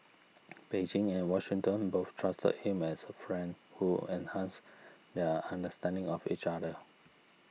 Beijing and Washington both trusted him as a friend who enhanced their understanding of each other